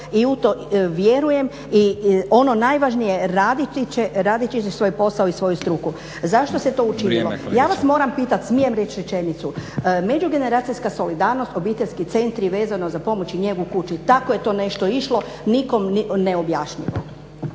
i u to vjerujem. I ono najvažnije raditi će svoj posao i svoj svoju struku. Zašto se to učinilo? …/Upadica Stazić: Vrijeme kolegice./… Ja vas moram pitat. Smijem reći rečenicu? Međugeneracijska solidarnost, obiteljski centri vezano za pomoć i njegu u kući, tako je to nešto išlo. Nikom neobjašnjivo.